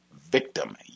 victim